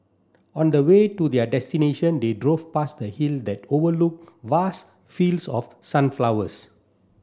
on the way to their destination they drove past a hill that overlook vast fields of sunflowers